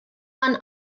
man